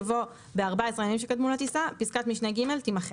יבוא "ב-14 הימים שקדמו לטיסה"; פסקת משנה (ג) תימחק.